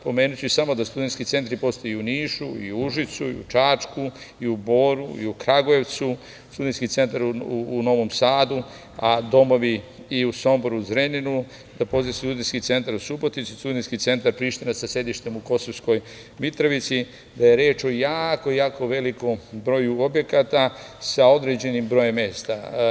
Pomenuću samo da studentski centri postoje u Nišu, u Užicu, u Čačku, u Boru, u Kragujevcu, Studentski centar u Novom Sadu, a domovi i u Somboru i Zrenjaninu, studentski centar u Subotici, studentski centar Priština sa sedištem u Kosovskoj Mitrovici, da je reč o jako velikom broju objekata sa određenim brojem mesta.